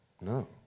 no